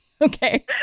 Okay